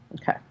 Okay